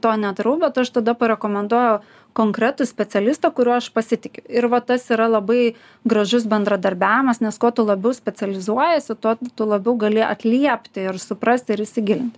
to nedarau bet aš tada parekomenduoju konkretų specialistą kuriuo aš pasitikiu ir va tas yra labai gražus bendradarbiavimas nes kuo tu labiau specializuojiesi tuo tu labiau gali atliepti ir suprasti ir įsigilinti